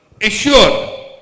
assure